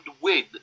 win